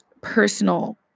personal